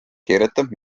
kirjutab